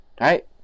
right